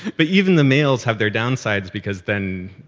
but even the males have their downsides, because then,